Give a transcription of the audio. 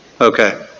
Okay